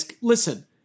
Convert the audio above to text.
Listen